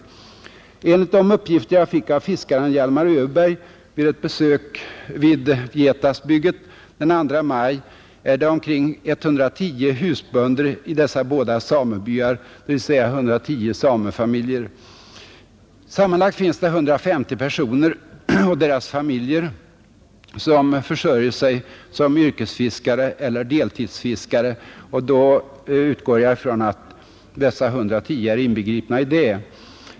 Enligt de uppgifter jag fick av fiskaren Hjalmar Öberg vid ett besök vid Vietasbygget den 2 maj finns det omkring 110 husbönder i dessa samebyar, dvs. 110 samefamiljer. Sammanlagt är det 150 personer och deras familjer som försörjer sig som yrkesfiskare eller deltidsfiskare — och då utgår jag ifrån att de nämnda 110 är inbegripna.